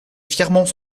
fièrement